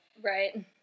Right